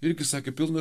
irgi sakė pilna